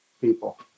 people